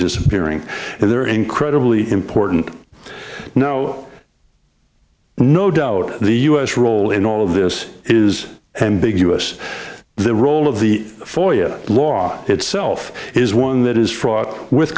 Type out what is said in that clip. disappearing and they're incredibly important no no doubt the u s role in all of this is ambiguous the role of the foyer law itself is one that is fraught with